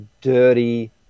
dirty